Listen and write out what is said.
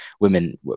women